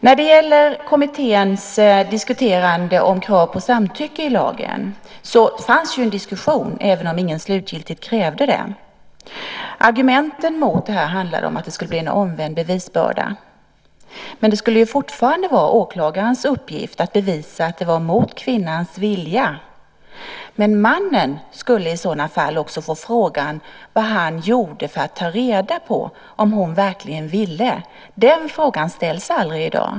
När det gäller kommitténs diskuterande om krav på samtycke i lagen fanns ju diskussionen, även om ingen slutgiltigt krävde det. Argumenten mot det handlade om att det skulle bli en omvänd bevisbörda, men det skulle fortfarande vara åklagarens uppgift att bevisa att det var mot kvinnans vilja. Mannen skulle i sådana fall också få frågan vad han gjorde för att ta reda på om hon verkligen ville. Den frågan ställs aldrig i dag.